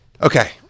Okay